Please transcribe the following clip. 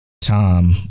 time